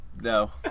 no